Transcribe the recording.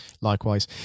Likewise